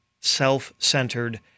self-centered